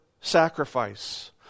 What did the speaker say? sacrifice